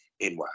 NY